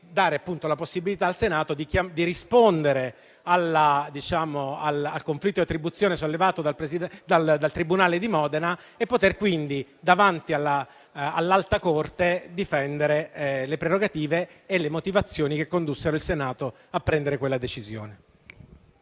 Senato la possibilità di rispondere al conflitto di attribuzione sollevato dal tribunale di Modena e poter quindi difendere davanti all'Alta corte le prerogative e le motivazioni che condussero il Senato a prendere quella decisione.